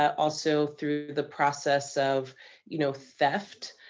also through the process of you know theft.